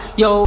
yo